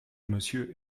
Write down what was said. monsieur